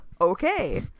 Okay